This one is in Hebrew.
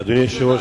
אדוני היושב-ראש,